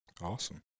Awesome